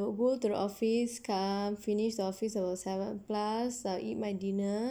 go to the office come finish the office about seven plus I'll eat my dinner